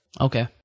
Okay